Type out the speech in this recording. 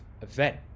event